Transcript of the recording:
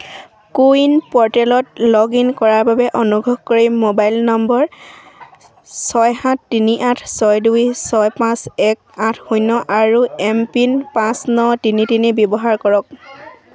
কো win প'ৰ্টেলত log in কৰাৰ বাবে অনুগ্ৰহ কৰি মোবাইল নম্বৰ ছয় সাত তিনি আঠ ছয় দুই ছয় পাঁচ এক আঠ শূন্য আৰু এমপিন পাঁচ ন তিনি তিনি ব্যৱহাৰ কৰক